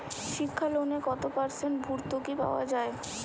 শিক্ষা লোনে কত পার্সেন্ট ভূর্তুকি পাওয়া য়ায়?